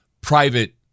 private